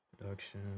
Production